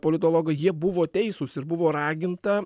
politologai jie buvo teisūs ir buvo raginta